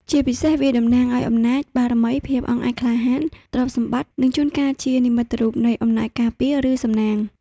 ជាពិសេសវាតំណាងឲ្យ អំណាច បារមី ភាពអង់អាចក្លាហាន ទ្រព្យសម្បត្តិ និងជួនកាលជា និមិត្តរូបនៃអំណាចការពារ ឬសំណាង។